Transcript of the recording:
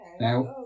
Now